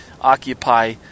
occupy